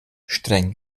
streng